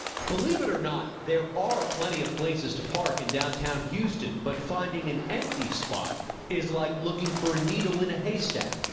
believe it or not, there are plenty of places to park in downtown houston. but finding an empty spot is like looking for a needle in a haystack.